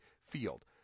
field